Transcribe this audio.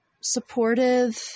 supportive